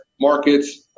markets